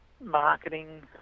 marketing